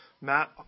Matt